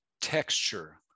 texture